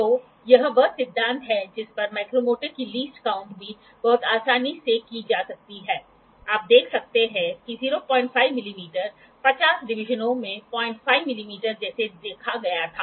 तो यह वह सिद्धांत है जिस पर माइक्रोमीटर की लीस्ट काउंट भी बहुत आसानी से की जा सकती है आप देख सकते हैं कि 05 मिमी 50 डिवीजनों में 05 मिमी जैसे देखा गया था